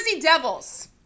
Devils